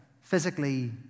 physically